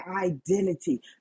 identity